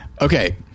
Okay